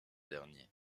derniers